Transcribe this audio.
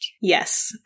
Yes